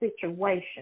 situation